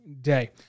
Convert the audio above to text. day